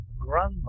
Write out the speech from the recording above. grandma